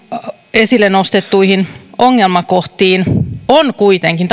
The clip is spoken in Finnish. esille nostettuihin ongelmakohtiin on kuitenkin